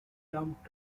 dump